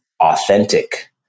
authentic